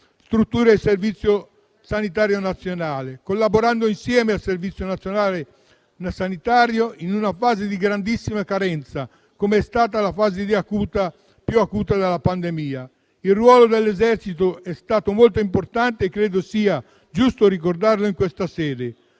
strutture del Servizio sanitario nazionale, per collaborare insieme in una fase di grandissima carenza, com'è stata la fase più acuta della pandemia. Il ruolo dell'esercito è stato molto importante e credo sia giusto ricordarlo in questa sede.